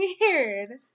weird